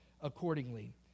accordingly